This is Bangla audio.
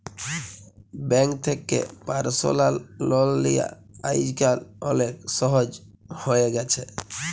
ব্যাংক থ্যাকে পার্সলাল লল লিয়া আইজকাল অলেক সহজ হ্যঁয়ে গেছে